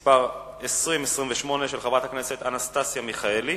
מס' 2028, של חברת הכנסת אנסטסיה מיכאלי: